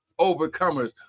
overcomers